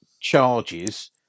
charges